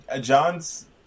john's